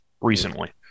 Recently